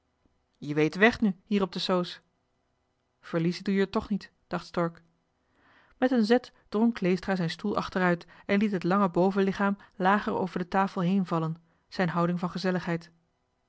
je weet de weg nu hier op de soos verliezen doe je er toch niet dacht stork met een zet drong kleestra zijn stoel achteruit en liet het lange bovenlichaam lager over de tafel heen vallen zijn houding van gezelligheid